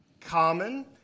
common